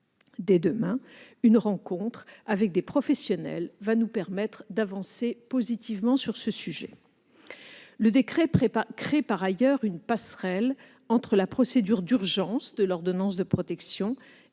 Dès demain, une rencontre avec des professionnels va nous permettre d'avancer positivement sur ce sujet. Le décret crée, par ailleurs, une passerelle entre la procédure d'urgence de l'ordonnance de protection